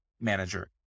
manager